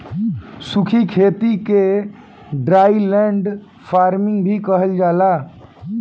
सूखी खेती के ड्राईलैंड फार्मिंग भी कहल जाला